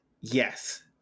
yes